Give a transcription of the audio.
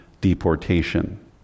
deportation